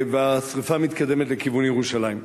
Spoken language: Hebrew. והשרפה מתקדמת לכיוון ירושלים.